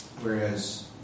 whereas